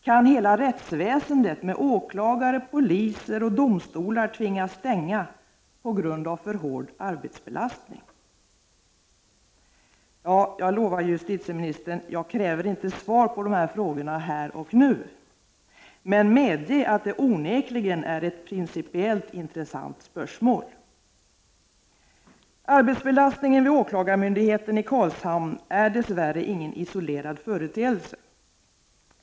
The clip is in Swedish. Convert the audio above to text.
Kan hela rättsväsendet med åklagare, poliser och domstolar tvingas stänga på grund av för hård arbetsbelastning? Ja, jag lovar justitieministern, jag kräver inte svar på dessa frågor här och nu. Men medge att det onekligen är ett principiellt intressant spörsmål. Arbetsbelastningen vid åklagarmyndigheten i Karlshamn är dess värre ingen isolerad företeelse.